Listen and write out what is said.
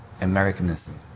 Americanism